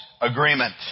agreement